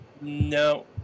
no